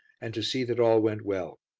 and to see that all went well.